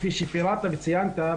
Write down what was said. כפי שפירטת וציינת,